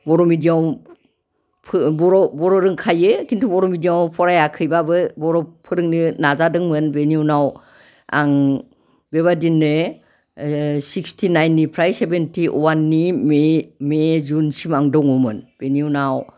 बर' medium Bodo Bodo रोंखायो खिन्थु बर' मिडियामाव फरायाखैब्लाबो बर' फोरोंनो नाजादोंमोन बिनि उनाव आं बेबादिनो सिक्सटि नाइननिफ्राय सेभेन्टि अवाननि मे मे जुनसिम आं दङमोन बेनि उनाव